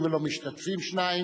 (הסדרת שמירה, אבטחה וסדר ציבורי),